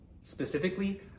Specifically